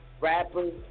rappers